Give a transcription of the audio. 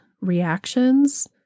reactions